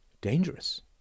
dangerous